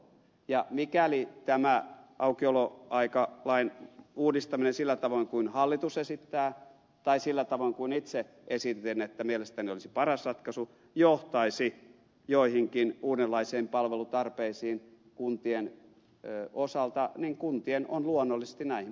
ja mikäli tämä aukioloaikalain uudistaminen sillä tavoin kuin hallitus esittää tai sillä tavoin kuin itse esitin mielestäni parhaana ratkaisuna johtaisi joihinkin uudenlaisiin palvelutarpeisiin kuntien osalta niin kuntien on luonnollisesti näihin